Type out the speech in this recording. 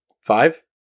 Five